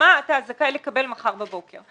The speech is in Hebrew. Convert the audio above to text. מה הוא זכאי לקבל מחר בבוקר.